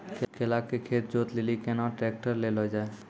केला के खेत जोत लिली केना ट्रैक्टर ले लो जा?